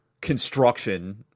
construction